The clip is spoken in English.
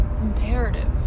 imperative